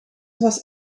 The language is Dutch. was